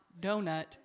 donut